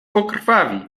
pokrwawi